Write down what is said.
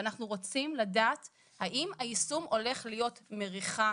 ואנחנו רוצעים לדעת האם היישום הולך להיות מריחה